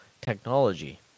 technology